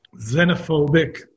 xenophobic